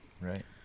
Right